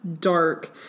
dark